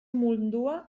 mundua